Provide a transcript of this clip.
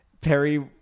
Perry